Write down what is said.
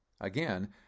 Again